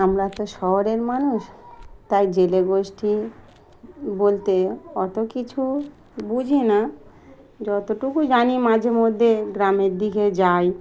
আমরা তো শহরের মানুষ তাই জেলে গোষ্ঠী বলতে অত কিছু বুঝি না যতটুকু জানি মাঝে মধ্যে গ্রামের দিকে যাই